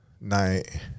night